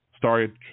Sorry